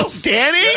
Danny